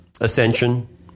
ascension